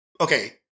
Okay